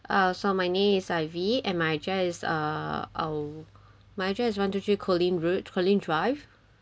uh so my name is ivy and my address is uh oh my address is one two three collin rooad collin drive